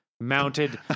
Mounted